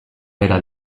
bera